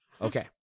okay